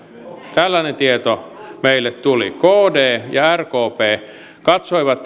tällainen tieto meille tuli kd ja rkp katsoivat